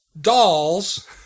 dolls